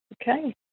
okay